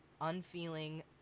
unfeeling